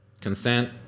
Consent